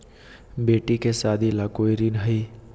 बेटी के सादी ला कोई ऋण हई?